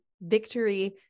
victory